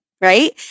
right